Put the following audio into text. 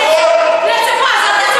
אני יכול.